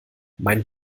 mein